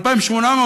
2,800,